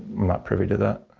not privy to that.